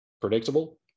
Predictable